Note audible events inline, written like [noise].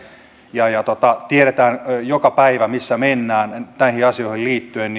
ja ja tiedämme joka päivä missä mennään näihin asioihin liittyen [unintelligible]